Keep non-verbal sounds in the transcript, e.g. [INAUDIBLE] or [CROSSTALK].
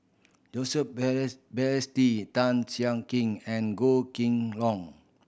Joseph [UNINTELLIGIBLE] Balestier Tan Siak Kin and Goh Kheng Long